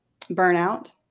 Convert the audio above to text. burnout